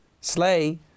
Slay